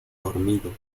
dormido